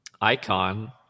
icon